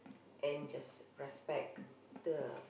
and just respect the